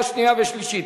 ושלישית.